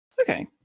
Okay